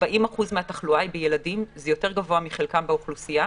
40% מהתחלואה היא בילדים זה יותר גבוה מחלקם באוכלוסייה.